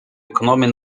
ekonomię